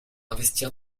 investir